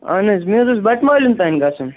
اہن حظ مےٚ حظ اوس بَٹمالیُن تام گژھُن